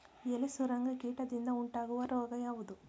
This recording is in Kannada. ಎಲೆ ಸುರಂಗ ಕೀಟದಿಂದ ಉಂಟಾಗುವ ರೋಗ ಯಾವುದು?